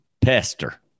Pester